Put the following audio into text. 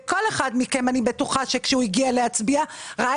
אני בטוחה שכל אחד מכם כשהגיע להצביע ראה